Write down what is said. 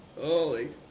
Holy